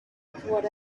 report